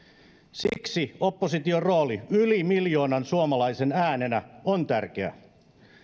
siksi opposition rooli yli miljoonan suomalaisen äänenä on tärkeä